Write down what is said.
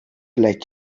let